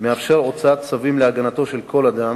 מאפשר הוצאת צווים להגנתו של כל אדם,